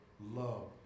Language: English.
love